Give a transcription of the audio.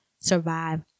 survive